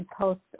post